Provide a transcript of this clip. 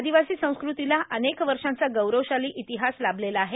आदिवासी संस्कृतीला अनेक वर्षांचा गौरवशाली इतिहास लाभलेला आहे